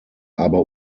aber